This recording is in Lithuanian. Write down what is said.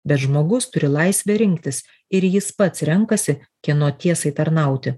bet žmogus turi laisvę rinktis ir jis pats renkasi kieno tiesai tarnauti